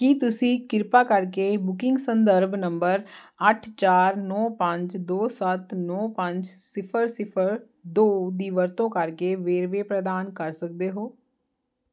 ਕੀ ਤੁਸੀਂ ਕਿਰਪਾ ਕਰਕੇ ਬੁਕਿੰਗ ਸੰਦਰਭ ਨੰਬਰ ਅੱਠ ਚਾਰ ਨੌ ਪੰਜ ਦੋ ਸੱਤ ਨੌ ਪੰਜ ਸਿਫਰ ਸਿਫਰ ਦੋ ਦੀ ਵਰਤੋਂ ਕਰਕੇ ਵੇਰਵੇ ਪ੍ਰਦਾਨ ਕਰ ਸਕਦੇ ਹੋ